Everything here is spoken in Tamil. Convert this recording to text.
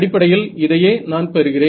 அடிப்படையில் இதையே நான் பெறுகிறேன்